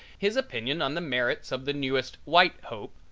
his opinion on the merits of the newest white hope,